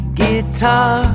guitar